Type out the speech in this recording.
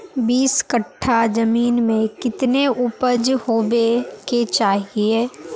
बीस कट्ठा जमीन में कितने उपज होबे के चाहिए?